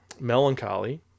melancholy